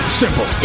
simple